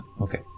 okay